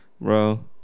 Bro